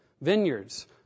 vineyards